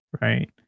Right